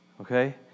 Okay